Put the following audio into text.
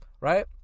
Right